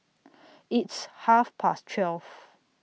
its Half Past twelve